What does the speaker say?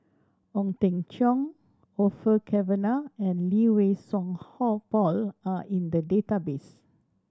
Ong Teng Cheong Orfeur Cavenagh and Lee Wei Song Hall Paul are in the database